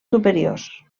superiors